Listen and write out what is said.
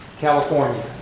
California